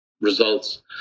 results